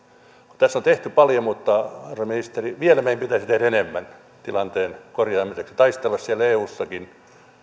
tässä on tehty paljon herra ministeri mutta vielä meidän pitäisi tehdä enemmän tilanteen korjaamiseksi taistella siellä eussakin